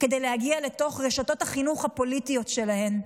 כדי להגיע לתוך רשתות החינוך הפוליטיות שלהן.